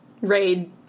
raid